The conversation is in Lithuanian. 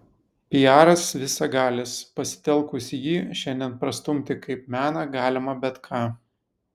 piaras visagalis pasitelkus jį šiandien prastumti kaip meną galima bet ką